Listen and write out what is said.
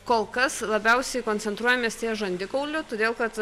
kol kas labiausiai koncentruojamės ties žandikauliu todėl kad